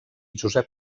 josep